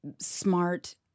smart